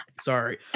sorry